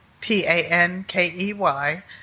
P-A-N-K-E-Y